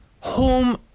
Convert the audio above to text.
home